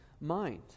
mind